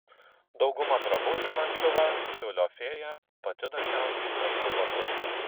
daugumą drabužių man siuva tiulio fėja pati dažniausiai perku batus